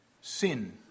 sin